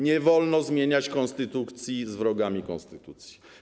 Nie wolno zmieniać konstytucji z wrogami konstytucji.